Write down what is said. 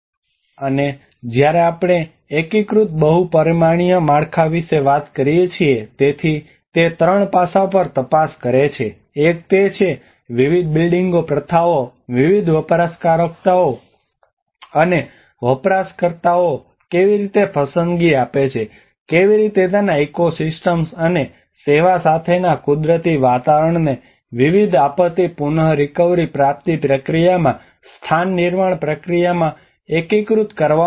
અને જ્યારે આપણે એકીકૃત બહુ પરિમાણીય માળખા વિશે વાત કરીએ છીએ તેથી તે ત્રણ પાસાં પર તપાસ કરે છે એક તે છે કે વિવિધ બિલ્ડિંગ પ્રથાઓ વિવિધ વપરાશકર્તાઓ અને વપરાશકર્તાઓને કેવી રીતે પસંદગી આપે છે કેવી રીતે તેના ઇકોસિસ્ટમ્સ અને સેવાઓ સાથેના કુદરતી વાતાવરણને વિવિધ આપત્તિ પુન રીકવરી પ્રાપ્તિ પ્રક્રિયામાં સ્થાન નિર્માણ પ્રક્રિયામાં એકીકૃત કરવામાં આવ્યું છે